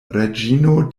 reĝino